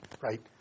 right